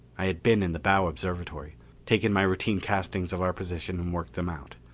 i had been in the bow observatory taken my routine castings of our position and worked them out.